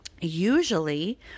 Usually